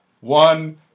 one